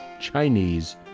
Chinese